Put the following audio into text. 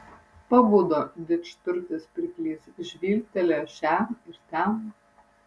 pabudo didžturtis pirklys žvilgtelėjo šen ir ten